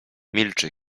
milczy